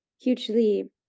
hugely